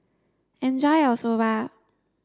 enjoy your Soba